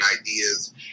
ideas